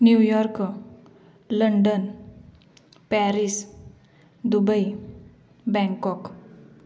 New York London Paris Dubai Bangkok